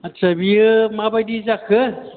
आदसा बियो माबायदि जाखो